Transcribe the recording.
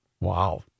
Wow